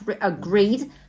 agreed